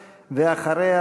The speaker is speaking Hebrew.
ואחריה,